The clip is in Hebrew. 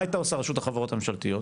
מה הייתה עושה רשות החברות הממשלתית?